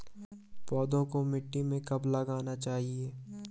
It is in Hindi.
पौधों को मिट्टी में कब लगाना चाहिए?